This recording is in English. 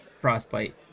Frostbite